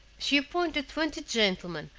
she appointed twenty gentlemen,